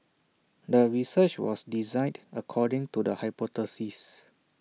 the research was designed according to the hypothesis